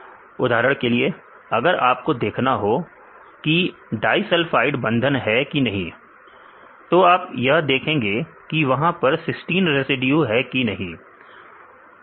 उदाहरण के लिए अगर आपको देखना हो की डाईसल्फाइड बंधन है कि नहीं तो आप यह देखेंगे कि वहां पर सिस्टिन रेसिड्यू है कि नहीं